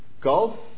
Gulf